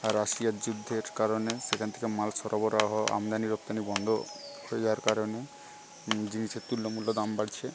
আর রাশিয়ার যুদ্ধের কারণে সেখান থেকে মাল সরবরাহ আমদানি রপ্তানি বন্ধ হয়ে যাওয়ার কারণে জিনিসের তুল্যমূল্য দাম বাড়ছে